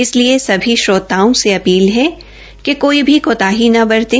इसलिए सभी श्रोताओं से अपील है कि कोई भी कोताही न बरतें